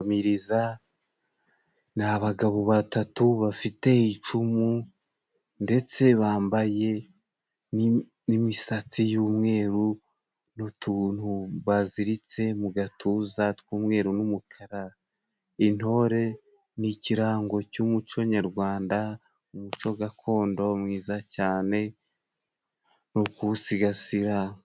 Ni abagabo batatu bafite icumu ndetse bambaye n'imisatsi y'umweru, n'utuntu baziritse mu gatuza tw'umweru n'umukara. Intore ni ikirango cy'umuco nyarwanda, umuco gakondo mwiza cyane. Ni ukuwusigasira.